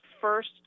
first